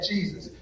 Jesus